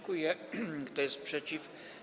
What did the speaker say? Kto jest przeciw?